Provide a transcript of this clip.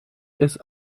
ist